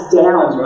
down